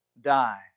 Die